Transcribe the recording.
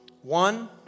One